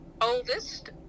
oldest